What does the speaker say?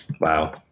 Wow